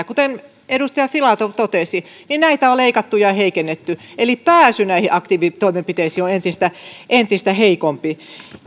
kuten edustaja filatov totesi näitä on leikattu ja heikennetty eli pääsy näihin aktiivitoimenpiteisiin on entistä entistä heikompi